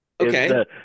Okay